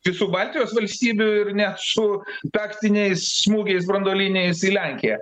visų baltijos valstybių ir net su taktiniais smūgiais branduoliniais į lenkiją